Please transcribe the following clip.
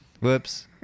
Whoops